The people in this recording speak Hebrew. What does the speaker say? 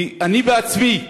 אני בעצמי,